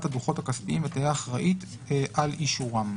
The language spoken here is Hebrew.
הדוחות הכספיים ותהא אחראית על אישורם.